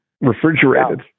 refrigerated